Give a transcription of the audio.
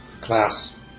Class